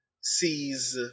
sees